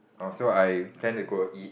oh so I plan to go eat